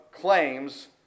claims